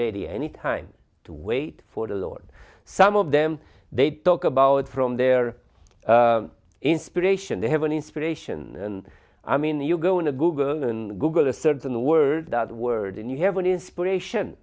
ready any time to wait for the lord some of them they talk about from their inspiration they have an inspiration and i mean you go into google and google a certain word that word and you have an inspiration